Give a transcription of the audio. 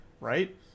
Right